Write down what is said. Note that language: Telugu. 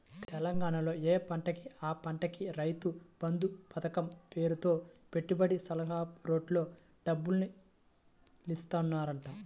తెలంగాణాలో యే పంటకి ఆ పంటకి రైతు బంధు పతకం పేరుతో పెట్టుబడికి సర్కారోల్లే డబ్బులిత్తన్నారంట